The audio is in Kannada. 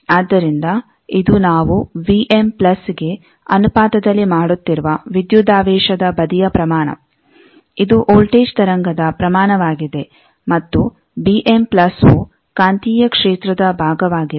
ಆದ್ದರಿಂದ ಇದು ನಾವು ಗೆ ಅನುಪಾತದಲ್ಲಿ ಮಾಡುತ್ತಿರುವ ವಿದ್ಯುದಾವೇಶದ ಬದಿಯ ಪ್ರಮಾಣ ಇದು ವೋಲ್ಟೇಜ್ ತರಂಗದ ಪ್ರಮಾಣವಾಗಿದೆ ಮತ್ತು ವು ಕಾಂತೀಯ ಕ್ಷೇತ್ರದ ಭಾಗವಾಗಿತ್ತು